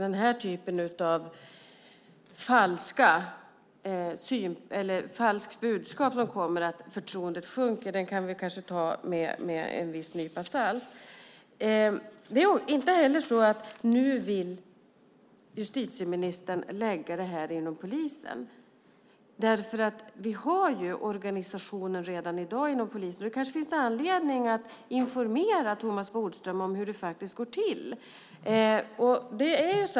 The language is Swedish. Den här typen av falska budskap om att förtroendet sjunker kan vi kanske ta med en viss nypa salt. Det är inte heller så att nu vill justitieministern lägga det här inom polisen. Vi har organisationer redan i dag inom polisen för det här. Det kanske finns anledning att informera Thomas Bodström om hur det går till.